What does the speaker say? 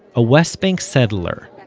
a west bank settler,